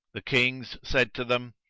the kings said to them,